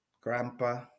grandpa